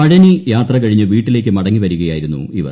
പഴനി യാത്ര കഴിഞ്ഞ് വീട്ടിലേക്ക് മടങ്ങി വരികയായിരുന്നു ഇവർ